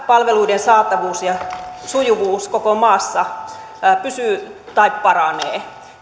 palveluiden saatavuus ja sujuvuus koko maassa pysyy tai paranee